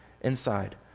inside